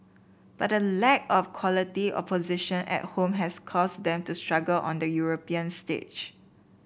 but the lack of quality opposition at home has caused them to struggle on the European stage